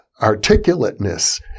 articulateness